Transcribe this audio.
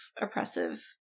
oppressive